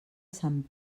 sant